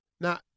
Now